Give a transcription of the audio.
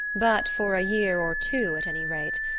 but for a year or two, at any rate,